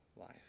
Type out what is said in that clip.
life